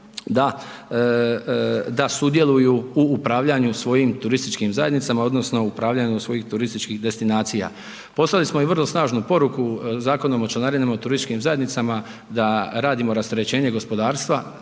da sudjeluju u upravljanju svojim turističkim zajednicama odnosno upravljanju svojih turističkih destinacija. Poslali smo i vrlo snažnu poruku Zakonom o članarinama u turističkim zajednicama da radimo rasterećenje gospodarstva,